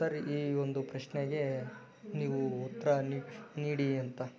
sir ಈ ಒಂದು ಪ್ರಶ್ನೆಗೆ ನೀವು ಉತ್ತರ ನೀಡಿ ಅಂತ